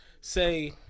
say